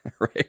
right